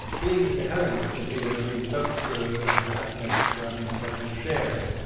being in the heaven, if you see what i mean. just the the happiness, i mean, that was shared.